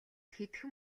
хэдхэн